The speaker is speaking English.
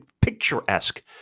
picturesque